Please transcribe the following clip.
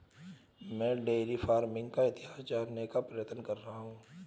मैं dairy farming का इतिहास जानने का प्रयत्न कर रहा हूं